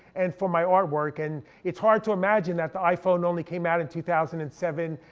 and for my artwork, and it's hard to imagine that the iphone only came out in two thousand and seven,